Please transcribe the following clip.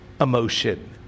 emotion